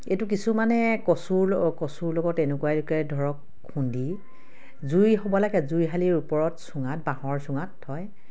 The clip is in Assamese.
এইটো কিছুমানে কচুৰ কচুৰ লগত এনেকুৱা এনেকুৱাই ধৰক খুন্দি জুই হ'ব লাগে জুইশালিৰ ওপৰত চুঙাত বাঁহৰ চুঙাত থয়